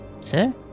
sir